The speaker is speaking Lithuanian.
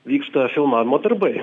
vyksta filmavimo darbai